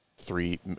Three